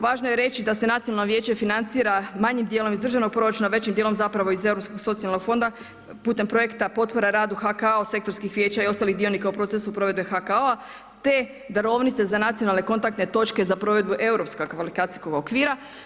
Važno je reći da se Nacionalno vijeće financira manjim dijelom iz državnog proračuna, većim dijelom zapravo iz Europskog socijalnog fonda putem projekta potpore radu HKO-a, sektorskih vijeća i ostalih dionika u procesu provedbe HKO-a, te darovnice za nacionalne kontaktne točke za provedbu europskog kvalifikacijskog okvira.